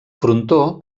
frontó